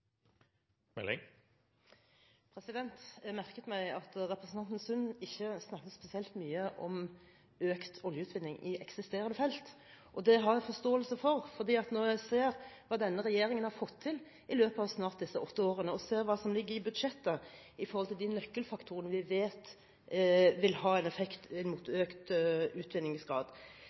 Vesterålen. Jeg merket meg at representanten Sund ikke snakket spesielt mye om økt oljeutvinning i eksisterende felt. Det har jeg forståelse for når jeg ser hva denne regjeringen har fått til i løpet av disse snart åtte årene og hva som ligger i budsjettet når det gjelder de nøkkelfaktorene vi vet vil ha en effekt inn mot økt utvinningsgrad.